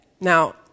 Now